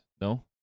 No